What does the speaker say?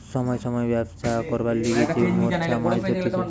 সময় সময় ব্যবছা করবার লিগে যে মেছোরা মাছ ধরতিছে